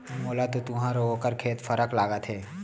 मोला तो तुंहर अउ ओकर खेत फरक लागत हे